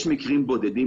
יש מקרים בודדים